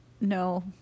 No